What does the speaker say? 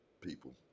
people